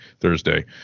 thursday